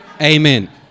Amen